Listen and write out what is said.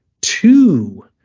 two